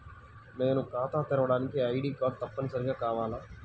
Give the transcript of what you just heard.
నేను ఖాతా తెరవడానికి ఐ.డీ కార్డు తప్పనిసారిగా కావాలా?